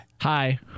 Hi